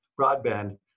broadband